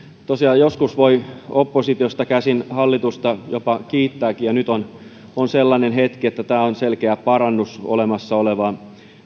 tosiaan joskus voi oppositiosta käsin hallitusta jopa kiittääkin ja nyt on sellainen hetki että tämä on selkeä parannus olemassa olevaan